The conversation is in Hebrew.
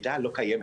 מידה לא קיימת.